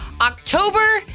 October